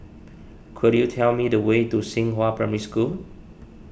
could you tell me the way to Xinghua Primary School